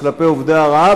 כלפי עובדי הוראה,